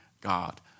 God